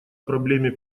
проблеме